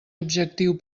objectiu